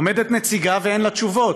עומדת נציגה ואין לה תשובות.